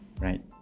right